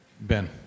Ben